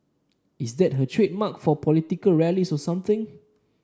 is that her trademark for political rallies or something